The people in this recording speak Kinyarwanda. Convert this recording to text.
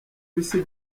bisi